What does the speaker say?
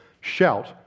shout